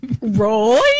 Roy